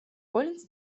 коллинс